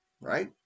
right